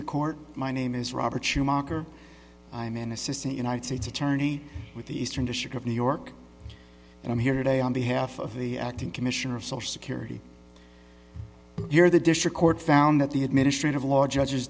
the court my name is robert schumacher i'm an assistant united states attorney with the eastern district of new york and i'm here today on behalf of the acting commissioner of social security here the district court found that the administrative law judge